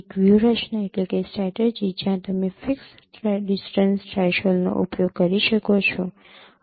એક વ્યૂહરચના જ્યાં તમે ફિક્સ્ડ ડિસ્ટન્સ થ્રેશોલ્ડનો ઉપયોગ કરી શકો છો